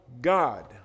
God